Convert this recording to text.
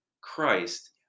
christ